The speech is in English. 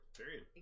period